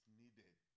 needed